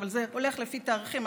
אבל זה הולך לפי תאריכים.